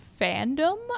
fandom